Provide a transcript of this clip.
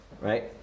right